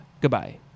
Goodbye